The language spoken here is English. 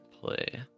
play